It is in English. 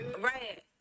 right